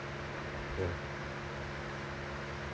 ya